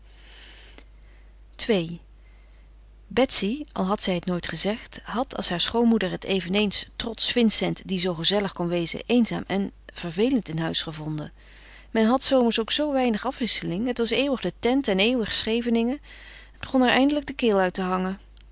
ii betsy al had zij het nooit gezegd had als haar schoonmoeder het eveneens trots vincent die zoo gezellig kon wezen eenzaam en vervelend in huis gevonden men had s zomers ook zoo weinig afwisseling het was eeuwig de tent en eeuwig scheveningen het begon haar eindelijk de keel uit te hangen